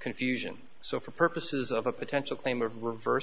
confusion so for purposes of a potential claim of reverse